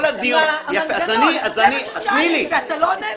מה המנגנון, זה מה ששאלתי ואתה לא עונה לי.